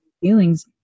feelings